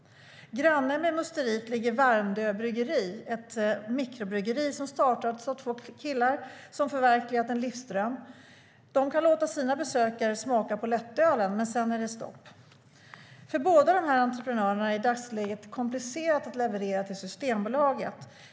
Granne med musteriet ligger Värmdö bryggeri, ett mikrobryggeri som startats av två killar som förverkligat en livsdröm. De kan låta sina besökare smaka på lättölen, men sedan är det stopp. För båda de här entreprenörerna är det i dagsläget komplicerat att leverera till Systembolaget.